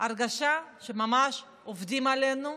ההרגשה היא שממש עובדים עלינו,